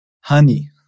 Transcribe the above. honey